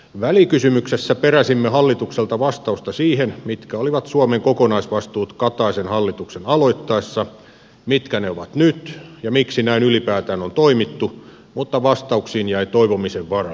välikysymyksessä peräsimme hallitukselta vastausta siihen mitkä olivat suomen kokonaisvastuut kataisen hallituksen aloittaessa mitkä ne ovat nyt ja miksi näin ylipäätään on toimittu mutta vastauksiin jäi toivomisen varaa